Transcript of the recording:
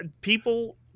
People